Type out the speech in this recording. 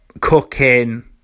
cooking